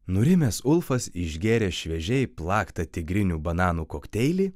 nurimęs ulfas išgėrė šviežiai plaktą tigrinių bananų kokteilį